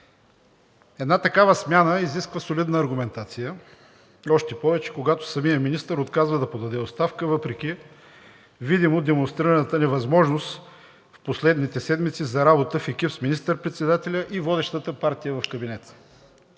Една такава смяна изисква солидна аргументация и още повече, когато самият министър отказва да подаде оставка, въпреки видимо демонстрираната невъзможност в последните седмици за работа в екип с министър-председателя и водещата партия в кабинета.